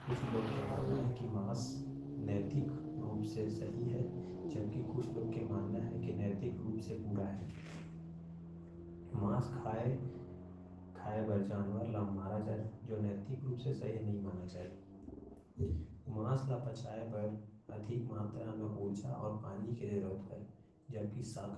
कुछ लोग के मानना है मांस नैतिक रूप से सही है। कुछ मन के मानना है नैतिक रूप से बुरा है। मांस बर जीव के हत्या करना पड़ेल जो नैतिक रूप ले गलत है। और कुछ धर्म में मांस खाए ल पाप के श्रेणी में रखल गईस है। कुछ लोग के मानना है कि मांस खाए से जानवर